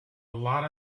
lot